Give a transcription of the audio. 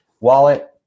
wallet